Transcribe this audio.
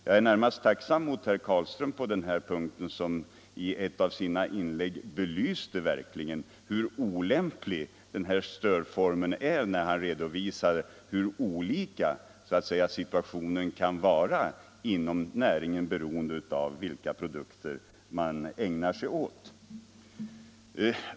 Jag är på den punkten närmast tacksam mot herr Carlström, som i ett av sina inlägg belyste hur verkligt olämplig den stödform är som han själv föreslår. Man redovisade ju hur olika situationen kan vara inom näringen beroende på vilka produkter ett företag framställer.